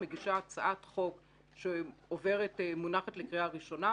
מגישה הצעת חוק שמונחת לקריאה ראשונה,